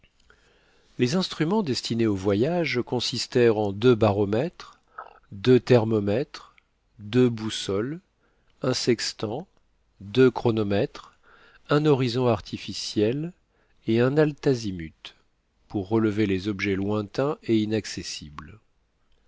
les instruments destinés au voyage consistèrent en deux baromètres deux thermomètres deux boussoles un sextant deux chronomètres un horizon artificiel et un altazimuth pour relever les objets lointains et inaccessibles